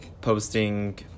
posting